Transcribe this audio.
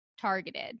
targeted